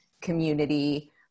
community